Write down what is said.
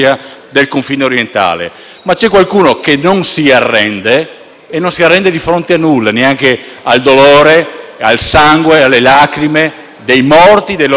e non si arrende di fronte a nulla, neanche al dolore, al sangue, alle lacrime dei morti, dei loro parenti e dei loro discendenti. Non si ferma neppure di fronte